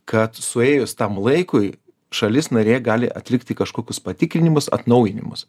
kad suėjus tam laikui šalis narė gali atlikti kažkokius patikrinimus atnaujinimus